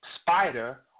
spider